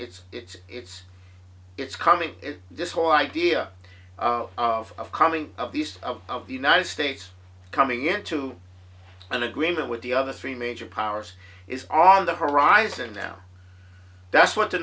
it's it's it's it's coming this whole idea of coming of these of of the united states coming into an agreement with the other three major powers is on the horizon now that's what the